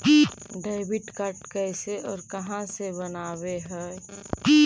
Debit card कैसे और कहां से बनाबे है?